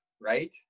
right